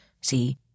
see